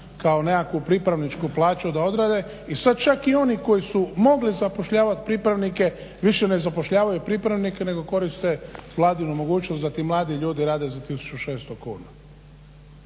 kao nekakvu pripravničku plaću da odrede, i čak i oni koji su mogli zapošljavati pripravnike više ne zapošljavaju pripravnike nego koriste da ti mladi ljudi rade za 1600 kuna.